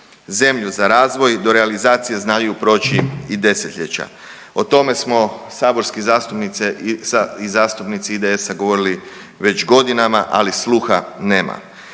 zemlju za razvoj, do realizacije znaju proći i desetljeća. O tome smo saborski zastupnice i zastupnici IDS govorili već godinama, ali sluha nema.